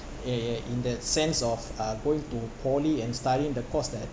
ya ya in that sense of uh going to poly and studying the course that